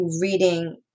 reading